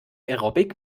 aerobic